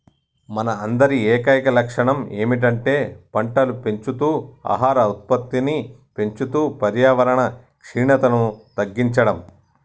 మన అందరి ఏకైక లక్షణం ఏమిటంటే పంటలు పెంచుతూ ఆహార ఉత్పత్తిని పెంచుతూ పర్యావరణ క్షీణతను తగ్గించడం